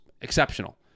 exceptional